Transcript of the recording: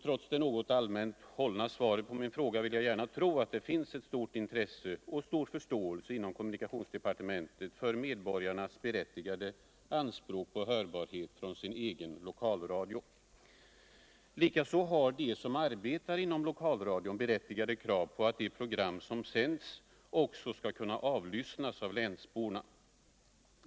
Trots det något allmänt hällna svaret vill jag gärna tro att det inom kommunikationsdepartementet finns ett stort intresse och en stor förståelse för medborgarnas berättigade anspråk på hörbarhet från sin egen lokalradio. Likaså har de som arbetar inom lokalradion berättigade krav på att de program som sänds också skall kunna avlyssnas av länsborna.